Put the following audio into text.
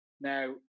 Now